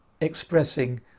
expressing